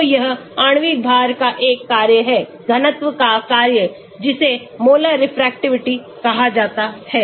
तो यह आणविक भार का एक कार्य है घनत्व का कार्य जिसे मोलर रेफ्रेक्टिविटी कहा जाता है